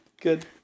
Good